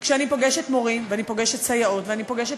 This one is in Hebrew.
כשאני פוגשת מורים ואני פוגשת סייעות ואני פוגשת